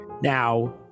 Now